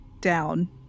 down